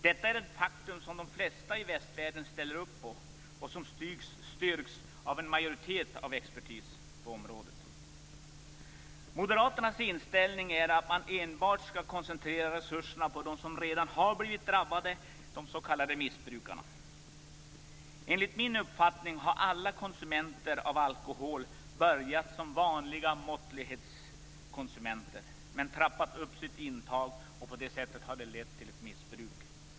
Detta är ett faktum som de flesta i västvärlden ställer upp på och som styrks av en majoritet av expertisen på området. Moderaternas inställning är att man enbart skall koncentrera resurserna på dem som redan har blivit drabbade, de s.k. missbrukarna. Enligt min uppfattning har alla konsumenter av alkohol börjat som vanliga måttlighetskonsumenter men trappat upp sitt intag, och på det sättet har det lett till ett missbruk.